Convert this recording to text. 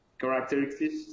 characteristics